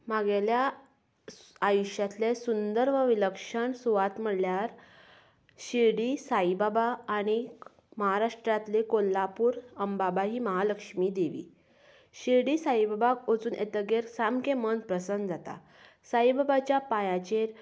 म्हागेल्या आयुश्यांतले सुंदर वो विलक्षण सुवात म्हणल्यार शिर्डी साई बाबा आनीक महाराष्ट्रांतली कोल्हापूर अंबाबाई महालक्ष्मी देवी शिर्डी साईबाबाक वचून येतगीर सामकें मन प्रसन्न जाता साईबाबाच्या पायाचेर